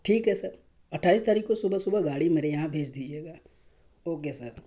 ٹھیک ہے سر اٹھائیس تاریخ کو صبح صبح گاڑی میرے یہاں بھیج دیجیے گا اوکے سر